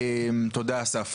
תודה אסף.